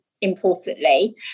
importantly